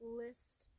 list